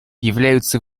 являются